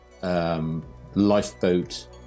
Lifeboat